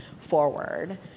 forward